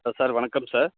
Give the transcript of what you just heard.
hello sir வணக்கம் sir